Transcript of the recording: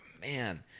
man